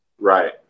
Right